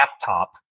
laptop